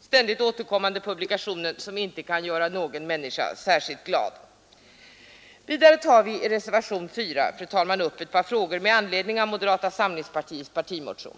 ständigt återkommande publikation som inte kan göra någon människa särskilt glad. I reservationen 4 tar vi, fru talman, upp ett par frågor med anledning av moderata samlingspartiets partimotion.